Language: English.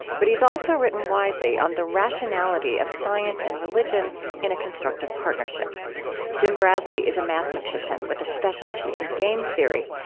but he's also written widely on the rationality of science and religion in a constructive partnership jim bradley is a mathematician, with a specialty in game theory,